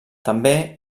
també